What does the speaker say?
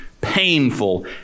painful